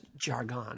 jargon